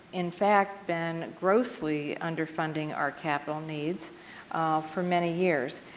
in fact, been grossly underfunding our capital needs for many years.